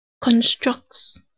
constructs